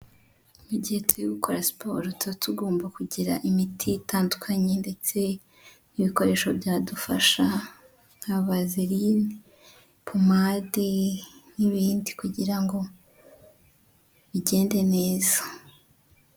Mu gihe turi gukora siporo, tuba tugomba kugira imiti itandukanye ndetse n'ibikoresho byadufasha, nka vazerine, pomadi n'ibindi kugira ngo bigende neza.